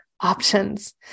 options